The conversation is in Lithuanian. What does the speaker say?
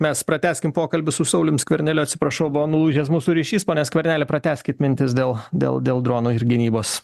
mes pratęskim pokalbį su saulium skverneliu atsiprašau buvo nulūžęs mūsų ryšys pone skverneli pratęskit mintis dėl dėl dėl dronų ir gynybos